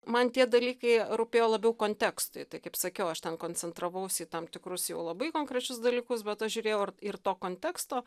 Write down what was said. man tie dalykai rūpėjo labiau kontekstui tai kaip sakiau aš ten koncentravausi į tam tikrus jau labai konkrečius dalykus bet aš žiūrėjau ir ir to konteksto